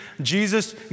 Jesus